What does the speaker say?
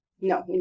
No